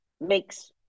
makes